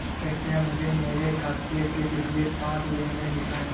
कृपया मुझे मेरे खाते से पिछले पाँच लेन देन दिखाएं